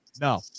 no